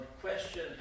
question